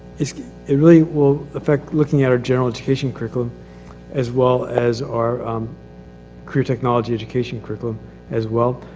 it really will effect looking at our general education curriculum as well as our career technology education curriculum as well.